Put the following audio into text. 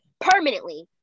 permanently